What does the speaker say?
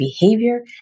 behavior